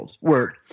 word